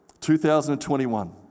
2021